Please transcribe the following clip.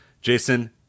Jason